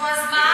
נו, אז מה?